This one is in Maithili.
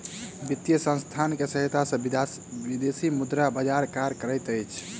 वित्तीय संसथान के सहायता सॅ विदेशी मुद्रा बजार कार्य करैत अछि